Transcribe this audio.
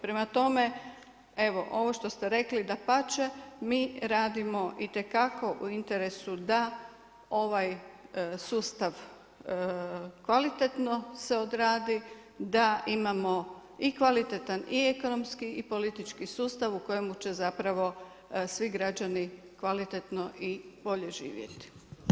Prema tome, evo ovo što ste rekli dapače, mi radimo i te kako u interesu da ovaj sustav kvalitetno se odradi, da imamo i kvalitetan i ekonomski i politički sustav u kojemu će zapravo svi građani kvalitetno i bolje živjeti.